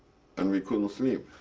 and we couldn't sleep.